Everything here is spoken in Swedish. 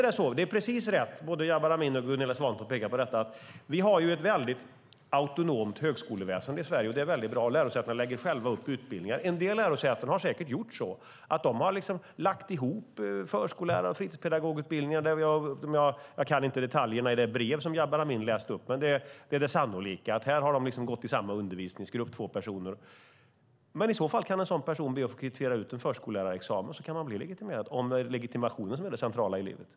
Det är precis rätt som Jabar Amin och Gunilla Svantorp pekar på att vi i Sverige har ett väldigt autonomt högskoleväsen. Lärosätena lägger själva upp utbildningar. En del har säkert gjort så att de lagt ihop förskollärar och fritidspedagogutbildningar. Jag kan inte detaljerna i det brev som Jabar Amin läste upp, men det sannolika är att det handlar om att två personer har gått i samma undervisningsgrupp. I så fall kan ju en sådan person be om att få kvittera ut en förskollärarexamen, så kan han bli legitimerad, om nu legitimationen är det centrala i livet.